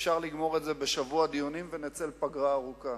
אפשר לגמור את זה בשבוע דיונים ונצא לפגרה ארוכה.